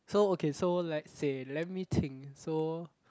so okay so let's say let me think so